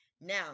Now